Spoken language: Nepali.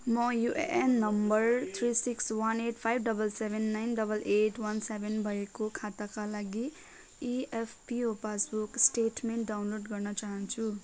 म UAN number three six one eight five double seven nine double eight one seven भएको खाताका लागि EPFO passbook statement download गर्न चाहन्छु